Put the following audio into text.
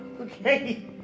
okay